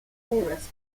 tourists